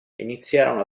iniziarono